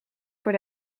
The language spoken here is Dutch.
voor